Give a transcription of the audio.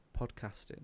podcasting